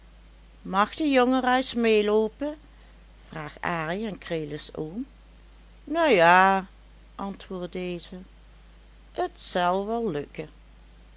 mag de jongen rais meeloopen vraagt arie aan krelis oom nou ja antwoordt deze t zel wel lukken